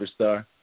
superstar